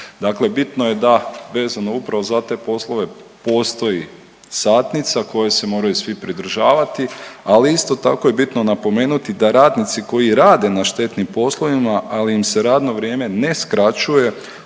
Dakle bitno je da vezano upravo za te poslove, postoji satnica koje se moraju svi pridržavati, ali je isto tako i bitno napomenuti da radnici koji rade na štetnim poslovima, ali im se radno vrijeme ne skraćuje,